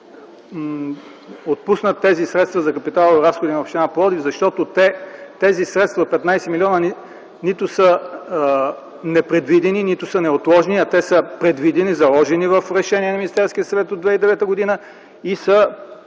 отпуснат тези средства за капиталови разходи на община Пловдив, защото тези средства от 15 милиона нито са непредвидени, нито са неотложни, те са предвидени, заложени в решение на Министерския съвет от 2010 г. и са